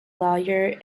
lawyers